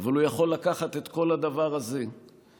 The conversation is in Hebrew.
אבל הוא יכול לקחת את כל הדבר הזה ולתרגם